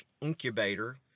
Incubator